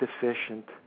deficient